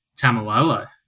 Tamalolo